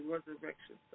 Resurrection